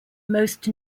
most